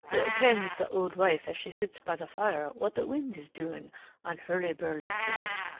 little kens the auld wife as she sits by the fire what the wind is doing on hurly-burly-swire,